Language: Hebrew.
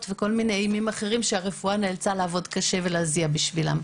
וכל מיני מינים אחרים שהרפואה נאלצה לעבוד קשה ולהזיע בשבילם.